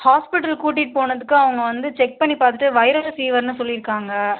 hospital கூட்டிகிட்டு போனதுக்கு அவங்க வந்து செக் பண்ணி பார்த்துட்டு வைரல் ஃபீவர்னு சொல்லிருக்காங்கள்